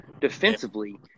defensively